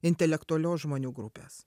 intelektualios žmonių grupės